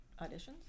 auditions